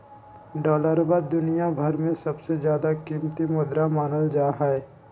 डालरवा दुनिया भर में सबसे ज्यादा कीमती मुद्रा मानल जाहई